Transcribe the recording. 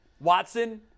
Watson